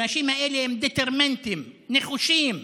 האנשים האלה הם דטרמנטים, נחושים,